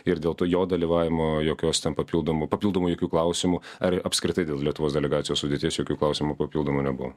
ir dėl to jo dalyvavimo jokios ten papildomų papildomų jokių klausimų ar apskritai dėl lietuvos delegacijos sudėties jokių klausimų papildomų nebuvo